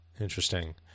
Interesting